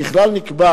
ככלל, נקבע